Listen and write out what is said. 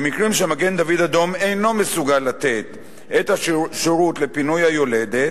במקרים שמגן-דוד-אדום אינו מסוגל לתת את השירות לפינוי היולדת,